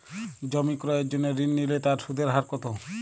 জমি ক্রয়ের জন্য ঋণ নিলে তার সুদের হার কতো?